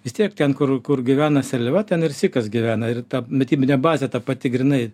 vis tiek ten kur kur gyvena seliava ten ir sykas gyvena ir ta mitybinė bazė ta pati grynai